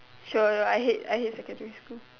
sure I hate I hate secondary school